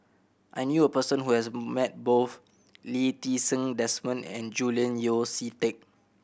I knew a person who has met both Lee Ti Seng Desmond and Julian Yeo See Teck